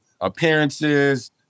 appearances